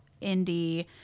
indie